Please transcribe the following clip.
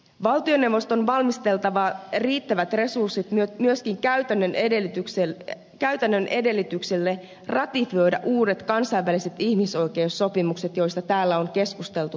valtioneuvoston on valmisteltava riittävät resurssit myöskin käytännön edellytyksille ratifioida uudet kansainväliset ihmisoikeussopimukset joista täällä on keskusteltu todella paljon